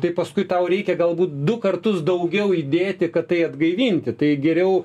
tai paskui tau reikia galbūt du kartus daugiau įdėti kad tai atgaivinti tai geriau